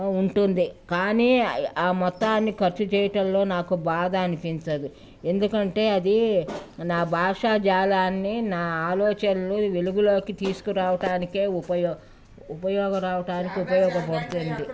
ఉంటుంది కానీ ఆ మొత్తాన్ని ఖర్చు చేయటంలో నాకు బాధ అనిపించదు ఎందుకంటే అది నా భాషా జాలాన్ని నా ఆలోచనలు వెలుగులోకి తీసుకురావటానికే ఉపయోగ ఉపయోగరావటానికి ఉపయోగపడుతుంది